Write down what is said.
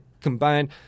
combined